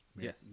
Yes